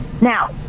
Now